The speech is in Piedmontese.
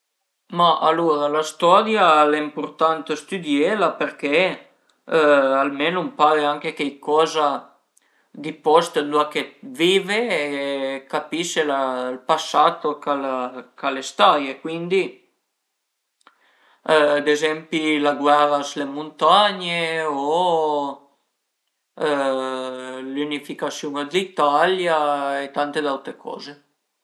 Ma alura la storia al e impurtant stüdiela përché almenu ëmpare anche cheicoza di post ëndua che t'vive e capise ël passato ch'al e staie, cuindi ad ezempi la guera s'le muntagne e o l'ünificasiun dë l'Italia e tante d'aute coze